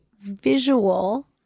visual